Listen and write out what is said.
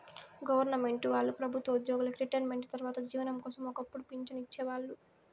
government వాళ్ళు ప్రభుత్వ ఉద్యోగులకి రిటైర్మెంటు తర్వాత జీవనం కోసం ఒక్కపుడు పింఛన్లు ఇచ్చేవాళ్ళు